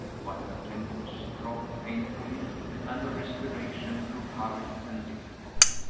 while her temples throbbed painfully and her respiration grew hurried and difficult.